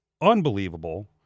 unbelievable